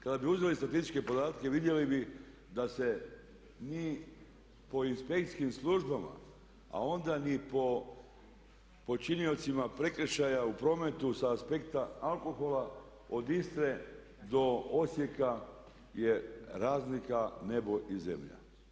Kada bi uzeli statističke podatke vidjeli bi da se mi po inspekcijskim službama a onda ni po počiniocima prekršaja u prometu sa aspekta alkohola od Istre do Osijeka je razlika nebo i zemlja.